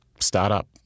startup